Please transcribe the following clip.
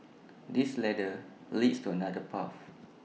this ladder leads to another path